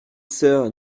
sœur